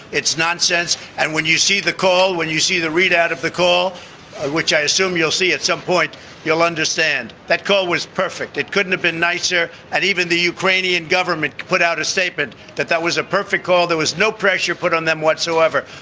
it's nonsense. and when you see the call when you see the readout of the call which i assume you'll see at some point you'll understand. that call was perfect. it couldn't have been nicer. and even the ukrainian government put out a statement that that was a perfect call there was no pressure put on them whatsoever.